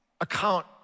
account